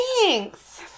Thanks